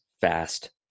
fast